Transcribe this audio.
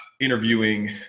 interviewing